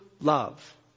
love